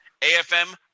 AFM